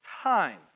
time